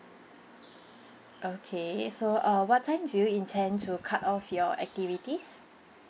okay so uh what time do you intend to cut off your activities